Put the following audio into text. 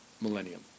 millennium